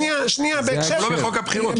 לא חוק הבחירות.